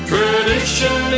Tradition